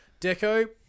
deco